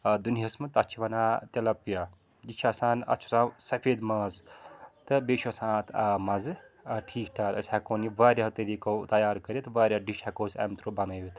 آ دُنیاہَس منٛز تَتھ چھِ وَنان تِلاپیا یہِ چھُ آسان اَتھ چھُ آسان سفید ماز تہٕ بیٚیہِ چھُ آسان اَتھ مَزٕ ٹھیٖک ٹھاکھ أسۍ ہٮ۪کہون یہِ واریاہو طٔریٖقو تیار کٔرِتھ واریاہ ڈِش ہیٚکو أسۍ اَمہِ تھرٛوٗ بَنٲوِِتھ